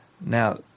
Now